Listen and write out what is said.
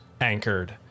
anchored